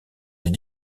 des